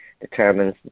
determines